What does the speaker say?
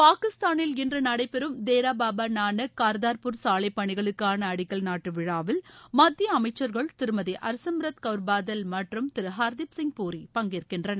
பாகிஸ்தானில் இன்று நடைபெறும் தேரா பாபா நானக் கார்தார்பூர் சாலை பணிகளுக்கான அடிக்கல் நாட்டு விழாவில் மத்திய அமைச்சர்கள் திருமதி ஹர்சிம்ரத் கவுர் பாதல் மற்றும் திரு ஹர்தீப் சிங் பூரி பங்கேற்கின்றனர்